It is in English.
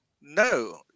No